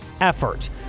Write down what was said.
effort